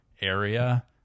area